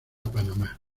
panamá